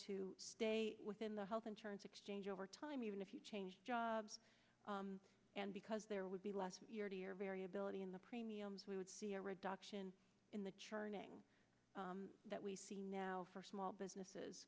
to stay within the health insurance exchange over time even if you change jobs and because there would be last year to year variability in the premiums we would see a reduction in the churning that we see now for small businesses